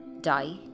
die